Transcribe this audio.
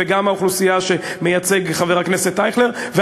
וגם האוכלוסייה שחבר הכנסת אייכלר מייצג,